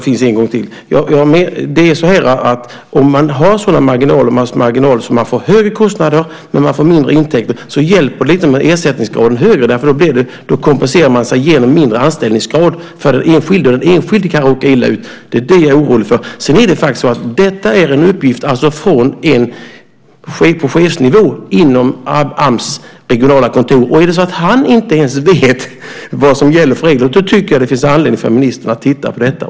Herr talman! Om man har sådana marginaler att man får högre kostnader men mindre intäkter så hjälper det inte att ersättningsgraden blir högre. Då kompenserar man sig genom mindre anställningsgrad för den enskilde, och den enskilde kan råka illa ut. Det är det jag är orolig för. Detta är en uppgift från en person på chefsnivå inom Ams regionala kontor. Om inte ens han vet vilka regler som gäller så tycker jag att det finns anledning för ministern att titta på detta.